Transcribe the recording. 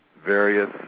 various